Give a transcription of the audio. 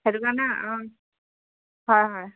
সেইটো কাৰণে অ হয় হয়